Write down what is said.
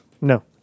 No